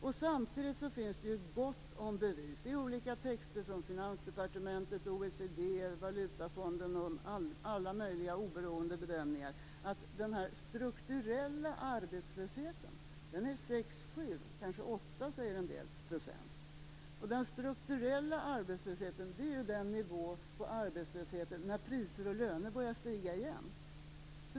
Samtidigt finns det ju, i olika texter från Finansdepartementet, OECD, Valutafonden och alla möjliga oberoende bedömare, gott om bevis för att den strukturella arbetslösheten är 6-7 %. En del säger att den kanske är 8 %. Den strukturella arbetslösheten är ju nivån på arbetslösheten när priser och löner börjar stiga igen.